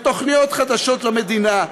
בתוכניות חדשות למדינה.